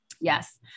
Yes